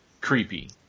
creepy